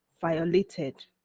violated